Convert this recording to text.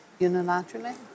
unilaterally